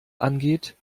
angeht